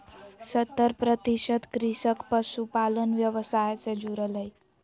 सत्तर प्रतिशत कृषक पशुपालन व्यवसाय से जुरल हइ